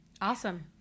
Awesome